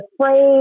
afraid